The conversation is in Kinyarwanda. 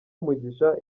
umugisha